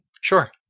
Sure